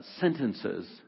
sentences